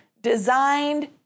designed